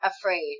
afraid